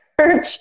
church